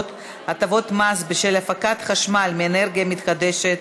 (הטבות מס בשל הפקת חשמל מאנרגיה מתחדשת),